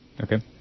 Okay